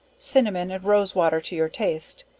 cinnamon and rose water to your taste,